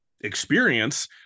experience